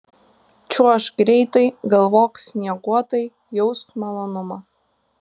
čiuožk greitai galvok snieguotai jausk malonumą